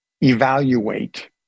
evaluate